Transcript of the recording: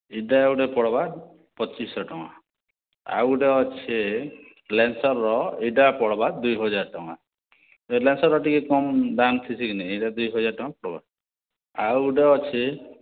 ଏଇଟା ଗୁଟେ ପଡ଼୍ବା ପଚିଶହ ଟଙ୍କା ଆଉ ଗୁଟେ ଅଛେ ଲେନ୍ସର୍ର ଏଇଟା ପଡ଼ବା ଦୁଇହଜାର୍ ଟଙ୍କା ଲେନ୍ସର୍ର ଟିକେ କମ୍ ଦାମ୍ ଥିସି କି ନାଇଁ ଏଇଟା ଦୁଇ ହଜାର୍ ଟଙ୍କା ପଡ଼ବା ଆଉ ଗୁଟେ ଅଛି